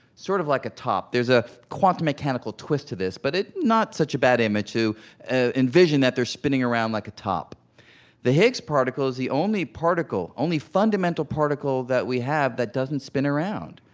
sort of like a top. there's a quantum mechanical twist to this. but it's not such a bad image to envision that they're spinning around like a top the higgs particle is the only particle, only fundamental particle that we have that doesn't spin around.